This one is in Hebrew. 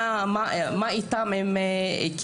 מה קורה עם הילדים במשפחות האלה?